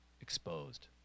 exposed